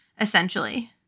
essentially